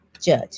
Judge